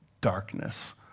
darkness